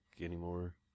anymore